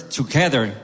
together